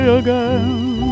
again